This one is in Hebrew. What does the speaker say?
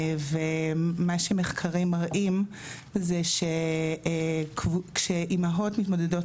ומה שמחקרים מראים זה כשאימהות מתמודדות